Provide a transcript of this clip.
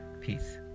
peace